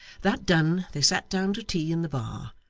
that done, they sat down to tea in the bar,